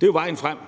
Det er jo vejen frem.